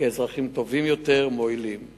כאזרחים טובים ומועילים יותר.